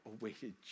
awaited